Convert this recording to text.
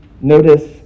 notice